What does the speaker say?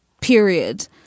period